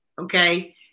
okay